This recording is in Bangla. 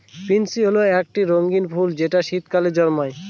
পেনসি হল একটি রঙ্গীন ফুল যেটা শীতকালে জন্মায়